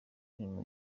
filime